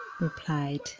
replied